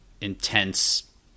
intense